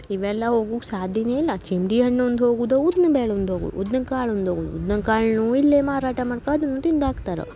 ಇವೆಲ್ಲ ಹೋಗುಗ್ ಸಾಧ್ಯವೇ ಇಲ್ಲ ಚಿಂಡಿ ಹಣ್ಣು ಒಂದು ಹೋಗುದ ಉದ್ದಿನ ಬ್ಯಾಳೆ ಒಂದು ಹೋಗೂದು ಉದ್ನ ಕಾಳು ಒಂದು ಹೋಗೋದು ಉದ್ದಿನ ಕಾಳನ್ನೂ ಇಲ್ಲೇ ಮಾರಾಟ ಮಾಡ್ಕ ಅದನ್ನು ತಿಂದು ಹಾಕ್ತರ